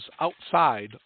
outside